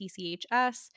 TCHS